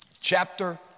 chapter